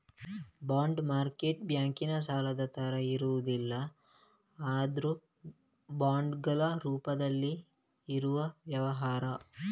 bond market ಬ್ಯಾಂಕಿನ ಸಾಲದ ತರ ಇರುವುದಲ್ಲ ಆದ್ರೂ ಬಾಂಡುಗಳ ರೂಪದಲ್ಲಿ ಇರುವ ವ್ಯವಹಾರ